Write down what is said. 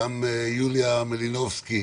גם יוליה מלינובסקי,